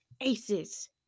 Aces